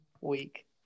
week